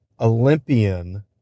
Olympian